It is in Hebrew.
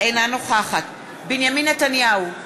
אינה נוכחת אדוני היושב-ראש,